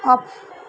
of